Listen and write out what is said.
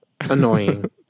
Annoying